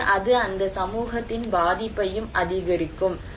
எனவே அது அந்த சமூகத்தின் பாதிப்பையும் அதிகரிக்கும்